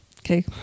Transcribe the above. Okay